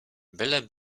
byle